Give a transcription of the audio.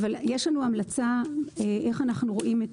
אבל יש לנו המלצה איך אנחנו רואים את